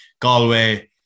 Galway